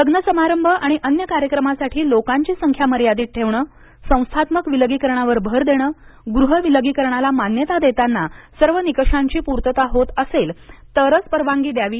लग्न समारंभ आणि अन्य कार्यक्रमासाठी लोकांची संख्या मर्यादित ठेवणसंस्थात्मक विलगीकरणावर भर देणं गृह विलगीकरणाला मान्यता देताना सर्व निकषांची पूर्तता होत असेल तरच परवानगी द्यावी